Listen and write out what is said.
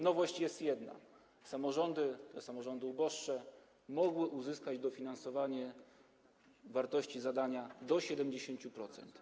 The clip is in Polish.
Nowość jest jedna, a mianowicie samorządy, te samorządy uboższe, mogły uzyskać dofinansowanie wartości zadania do 70%.